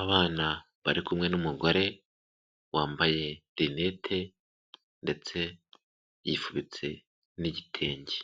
Abana bari kumwe n'umugore wambaye rinete ndetse yifubitse n'igitenge,